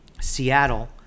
Seattle